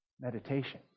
Meditation